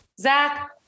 Zach